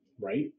right